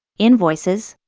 invoices,